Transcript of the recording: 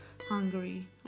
Hungary